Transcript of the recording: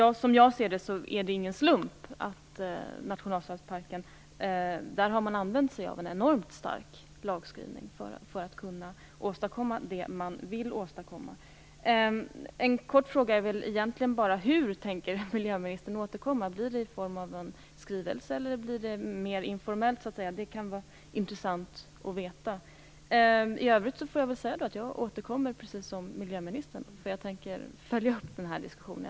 Som jag ser det är det inte någon slump att man när det gäller nationalstadsparken har använt sig av en enormt stark lagskrivning för att kunna åstadkomma det man vill åstadkomma. Jag har en kort fråga: Hur tänker miljöministern återkomma? Blir det i form av en skrivelse eller blir det mer informellt? Det kan vara intressant att veta. I övrigt får jag väl då säga att jag återkommer - jag tänker följa upp den här diskussionen.